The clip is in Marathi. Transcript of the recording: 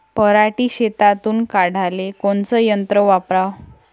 पराटी शेतातुन काढाले कोनचं यंत्र वापराव?